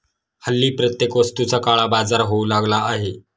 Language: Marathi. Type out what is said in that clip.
हल्ली प्रत्येक वस्तूचा काळाबाजार होऊ लागला आहे